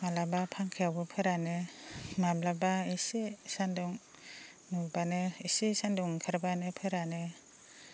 माब्लाबा फांखायावबो फोरानो माब्लाबा एसे सान्दुं नुब्लानो एसे सान्दुं ओंखारबानो फोरानो